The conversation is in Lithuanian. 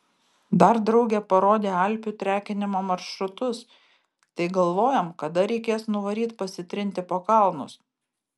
dar draugė parodė alpių trekinimo maršrutus tai galvojam kada reikės nuvaryt pasitrinti po kalnus